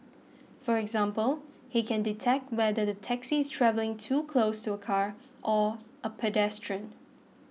for example he can detect whether the taxi is travelling too close to a car or a pedestrian